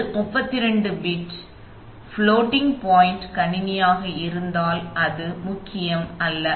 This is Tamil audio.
இது 32 பிட் ஃபிலோடிங் பாய்ண்ட் கணினியாக இருந்தால் அது முக்கியமல்ல